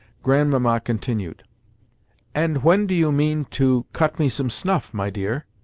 grandmamma continued and when do you mean to cut me some snuff, my dear?